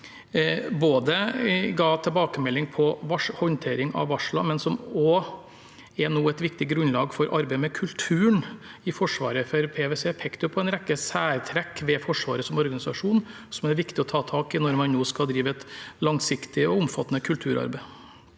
ga man en tilbakemelding på håndtering av varsler, men dette er nå også et viktig grunnlag for arbeidet med kulturen i Forsvaret, for PwC pekte på en rekke særtrekk ved Forsvaret som organisasjon som det er viktig å ta tak i når man nå skal drive et langsiktig og omfattende kulturarbeid.